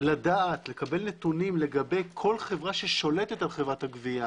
לדעת לקבל נתונים על כל חברה ששולטת על חברת הגבייה